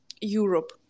Europe